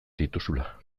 dituzula